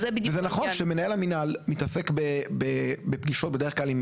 וזה נכון שמנהל המנהל מתעסק בפגישות בדרך כלל עם